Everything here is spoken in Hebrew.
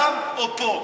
האם את שם או פה?